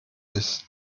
ist